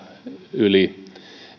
yli